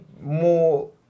more